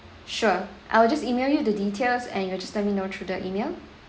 sure I will just email you the details and you will just let me know through the email